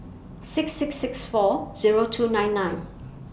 six six six four Zero two nine nine